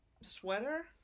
sweater